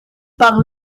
par